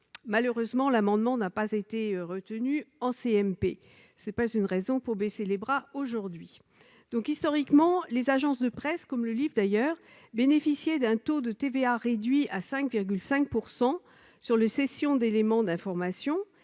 Malheureusement, l'amendement n'a pas été retenu en commission mixte paritaire. Mais ce n'est pas une raison pour baisser les bras aujourd'hui. Historiquement, les agences de presse, comme d'ailleurs le livre, bénéficiaient d'un taux de TVA réduit à 5,5 % sur les cessions d'éléments d'information,